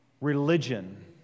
religion